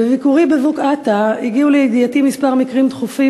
בביקורי בבוקעאתא הגיעו לידיעתי כמה מקרים דחופים